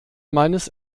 meines